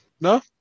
No